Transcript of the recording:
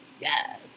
Yes